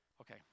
Okay